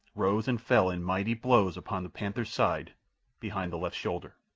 rose and fell in mighty blows upon the panther's side behind the left shoulder.